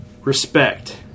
Respect